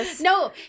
No